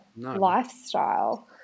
lifestyle